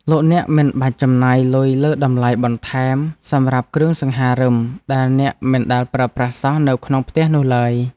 លោកអ្នកមិនបាច់ចំណាយលុយលើតម្លៃបន្ថែមសម្រាប់គ្រឿងសង្ហារិមដែលអ្នកមិនដែលប្រើប្រាស់សោះនៅក្នុងផ្ទះនោះឡើយ។